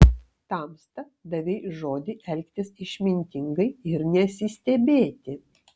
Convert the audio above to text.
tamsta davei žodį elgtis išmintingai ir nesistebėti